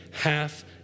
half